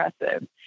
impressive